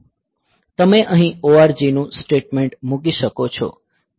તમે અહીં ORG નું સ્ટેટમેન્ટ મૂકી શકો છો